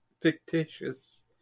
fictitious